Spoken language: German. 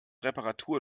reparatur